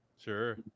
sure